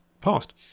past